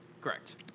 correct